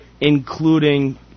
including